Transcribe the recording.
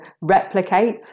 replicate